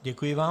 Děkuji vám.